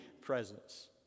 presence